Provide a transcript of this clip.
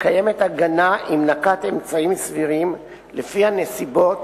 קיימת הגנה אם נקט אמצעים סבירים לפי הנסיבות